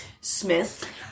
Smith, (